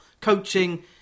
coaching